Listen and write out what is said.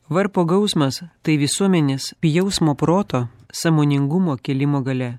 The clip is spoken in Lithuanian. varpo gausmas tai visuomenės jausmo proto sąmoningumo kėlimo galia